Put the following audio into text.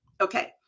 okay